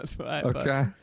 Okay